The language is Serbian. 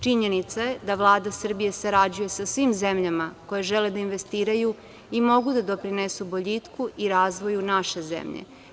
Činjenica je da Vlada Srbije sarađuje sa svim zemljama koje žele da investiraju i mogu da doprinesu boljitku i razvoju naše zemlje.